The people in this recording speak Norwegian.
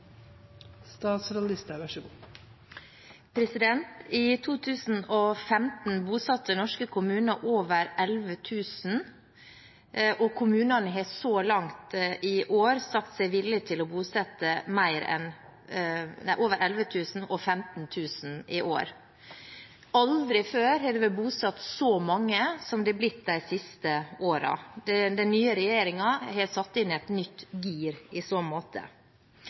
2015 bosatte norske kommuner over 11 000. Kommunene har så langt i år sagt seg villig til å bosette mer enn 15 000 i år. Aldri før har det vært bosatt så mange som de siste årene. Den nye regjeringen har satt inn et nytt gir i så måte.